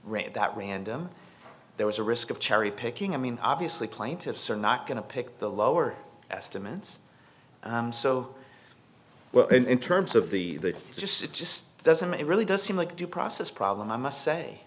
really that random there was a risk of cherry picking i mean obviously plaintiffs are not going to pick the lower estimates so well in terms of the just it just doesn't it really does seem like due process problem i must say